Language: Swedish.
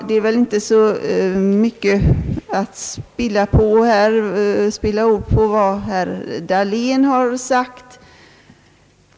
Det finns ingen anledning att spilla många ord på vad herr Dahlén har sagt.